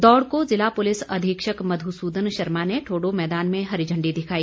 दौड़ को ज़िला पुलिस अधीक्षक मध्य सुदन शर्मा ने ठोडो मैदान में हरी झंडी दिखाई